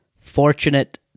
fortunate